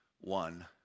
one